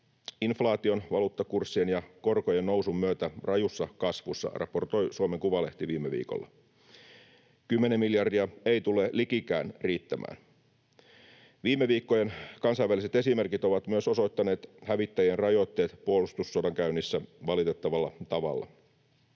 inflaation, valuuttakurssien ja korkojen nousun myötä rajussa kasvussa, raportoi Suomen Kuvalehti viime viikolla. Kymmenen miljardia ei tule likikään riittämään. Viime viikkojen kansainväliset esimerkit ovat myös osoittaneet hävittäjien rajoitteet puolustussodankäynnissä valitettavalla tavalla.